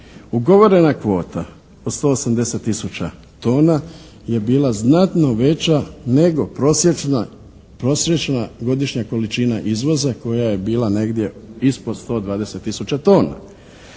Ugovorena kvota od 180 tisuća tona je bila znatno veća nego prosječna, prosječna godišnja količina izvoza koja je bila negdje ispod 120 tisuća tona.